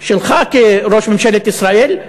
שלך כראש ממשלת ישראל.